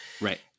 Right